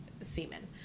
semen